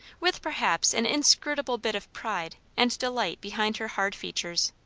with perhaps an inscrutable bit of pride and delight behind her hard features.